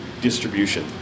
distribution